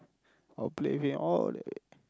I'll play with him all day